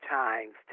times